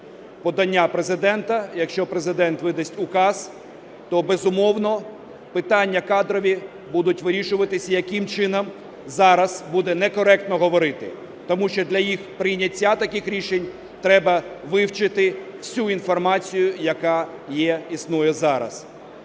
подання Президента і якщо Президент видасть указ, то безумовно, питання кадрові будуть вирішуватись. І яким чином, зараз буде не коректно говорити, тому що для їх прийняття, таких рішень, треба вивчити всю інформацію, яка є, існує зараз.